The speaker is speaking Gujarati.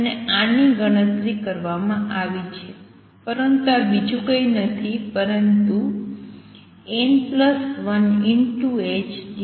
અને આની ગણતરી કરવામાં આવી છે પરંતુ આ બીજું કંઈ નથી પરંતુ n12m0nℏ2m0 છે